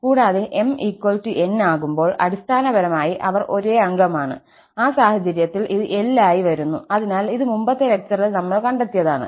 കൂടാതെ m n ആകുമ്പോൾ അടിസ്ഥാനപരമായി അവർ ഒരേ അംഗമാണ് ആ സാഹചര്യത്തിൽ ഇത് l ആയി വരുന്നുഅതിനാൽ ഇത് മുമ്പത്തെ ലെക്ചറിൽ നമ്മൾ കണ്ടെത്തിയതാണ്